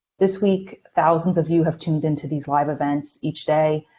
this week, thousands of you have tuned in to these live events each day,